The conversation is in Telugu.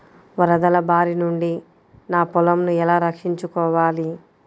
వరదల భారి నుండి నా పొలంను ఎలా రక్షించుకోవాలి?